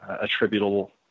attributable